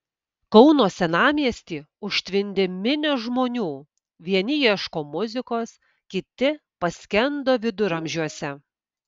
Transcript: kauno senamiestį užtvindė minios žmonių vieni ieško muzikos kiti paskendo viduramžiuose